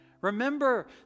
remember